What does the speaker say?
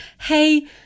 hey